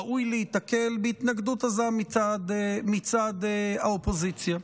ראוי להיתקל בהתנגדות עזה מצד האופוזיציה.